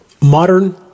Modern